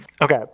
Okay